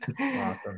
Awesome